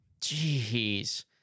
Jeez